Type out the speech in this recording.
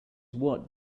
watt